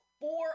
four